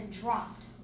dropped